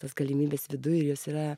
tos galimybės viduj ir jos yra